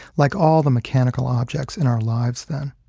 like all the mechanical objects in our lives then.